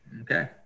Okay